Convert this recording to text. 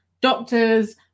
doctors